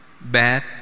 bad